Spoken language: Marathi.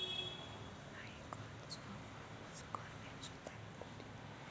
मायी कर्ज वापस करण्याची तारखी कोनती राहीन?